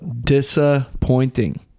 disappointing